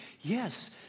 Yes